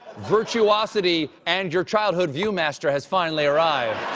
virtuosity and your childhood viewmaster has finall arrived